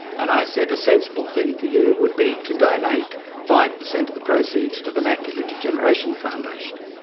and i said a sensible thing for you would be to donate five percent of the proceeds to the macular degeneration foundation.